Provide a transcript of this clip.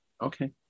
okay